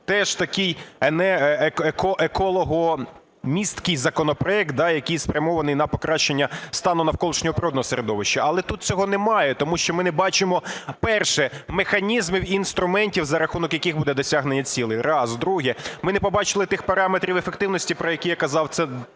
теж такий екологомісткий законопроект, який спрямований на покращення стану навколишнього природнього середовища. Але тут цього немає, тому що ми не бачимо, перше, механізмів і інструментів, за рахунок яких буде досягнення цілей. Раз. Друге. Ми не побачили тих параметрів ефективності, про які я казав. Це ще